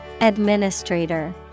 Administrator